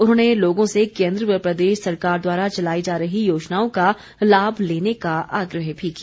उन्होंने लोगों से केन्द्र य प्रदेश सरकार द्वार चलाई जा रही योजनाओं का लाम लेने का आग्रह भी किया